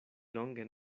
longe